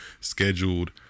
scheduled